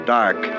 dark